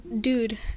Dude